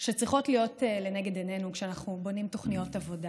שצריכות להיות לנגד עינינו כשאנחנו בונים תוכניות עבודה: